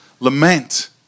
Lament